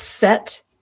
set